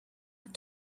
have